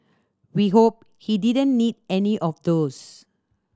we hope he didn't need any of those